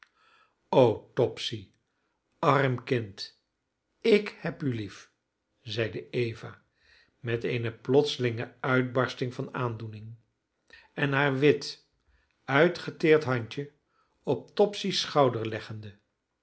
topsy arm kind ik heb u lief zeide eva met eene plotselinge uitbarsting van aandoening en haar wit uitgeteerd handje op topsy's schouder leggende